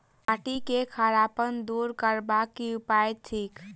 माटि केँ खड़ापन दूर करबाक की उपाय थिक?